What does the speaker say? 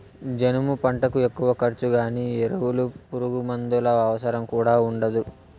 జనుము పంటకు ఎక్కువ ఖర్చు గానీ ఎరువులు పురుగుమందుల అవసరం కూడా ఉండదు